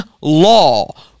law